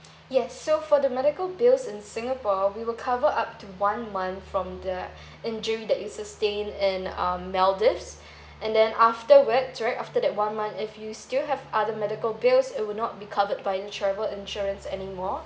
yes so for the medical bills in singapore we will cover up to one month from the injury that is sustained in um maldives and then afterward right after that one month if you still have other medical bills it would not be covered by the travel insurance anymore